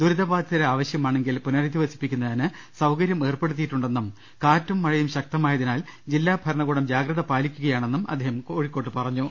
ദുരിതബാധി തരെ ആവശ്യമാണെങ്കിൽ പുനരധിവസിപ്പിക്കുന്നതിന്സൌകരൃം ഏർപ്പെടു ത്തിയിട്ടുണ്ടെന്നും കാറ്റും മഴയും ശക്തമായതിനാൽ ജില്ലാ ഭരണകൂടം ജാ ഗ്രത പാലിക്കുകയാണെന്നും അദ്ദേഹം കോഴിക്കോട്ട് പറഞ്ഞു